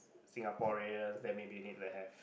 Singaporeans then maybe you need to have